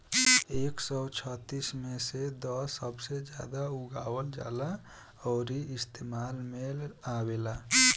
एक सौ छत्तीस मे से दस सबसे जादा उगावल जाला अउरी इस्तेमाल मे आवेला